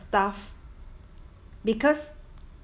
staff because